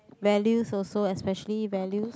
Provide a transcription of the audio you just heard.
values also especially values